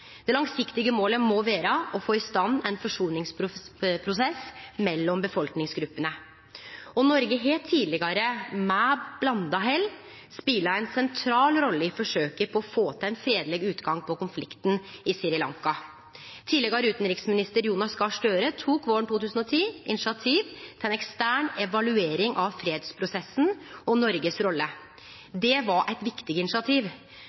Det langsiktige målet må vere å få i stand ein forsoningsprosess mellom befolkningsgruppene. Noreg har tidlegare, med blanda hell, spela ei sentral rolle i forsøket på å få til ein fredeleg utgang på konflikten i Sri Lanka. Tidlegare utanriksminister Jonas Gahr Støre tok våren 2010 initiativ til ei ekstern evaluering av fredsprosessen og Noregs rolle. Det var eit viktig initiativ.